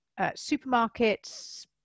supermarkets